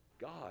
God